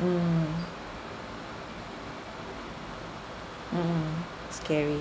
mm mmhmm scary